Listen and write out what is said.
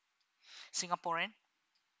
singaporean